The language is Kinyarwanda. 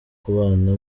kubana